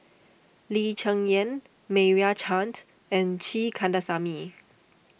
Lee Cheng Yan Meira Chand and G Kandasamy